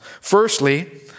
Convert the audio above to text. Firstly